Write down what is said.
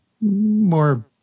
more